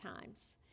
times